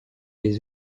les